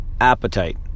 appetite